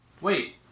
Wait